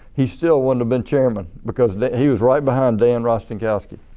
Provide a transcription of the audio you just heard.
he still wouldn't have been chairman because he was right behind dan rostenkowski.